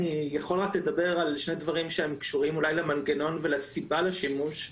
אני יכול רק לדבר על שני דברים שהם קשורים אולי למנגנון ולסיבה לשימוש,